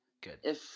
Good